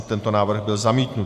Tento návrh byl zamítnut.